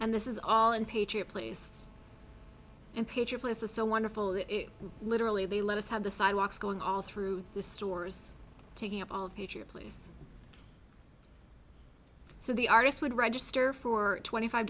and this is all in patriot place in picher plaza so wonderful it literally they let us have the sidewalks going all through the stores taking up all the patriot place so the artists would register for twenty five